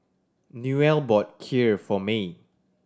Newell bought Kheer for May